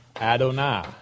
Adonai